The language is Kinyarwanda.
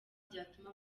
byatuma